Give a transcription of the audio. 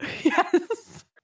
Yes